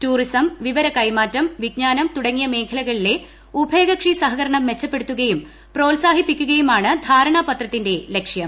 tourism വിവര ഉൾക്ക്മാറ്റം വിജ്ഞാനം തുടങ്ങിയ മേഖലകളിലെ ഉഭയകക്ഷി സൃഫ്ക്രണം മെച്ചപ്പെടുത്തുകയും പ്രോത്സാഹിപ്പിക്കുകയുമാണ്ട് ധ്ാരണാപത്രത്തിന്റെ ലക്ഷ്യം